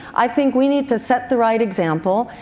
i think we need to set the right example,